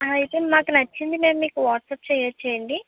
అయితే మాకు నచ్చింది మేము మీకు వాట్స్ప్ చెయ్యవచ్చా అండి